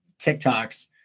tiktoks